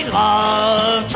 love